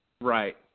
Right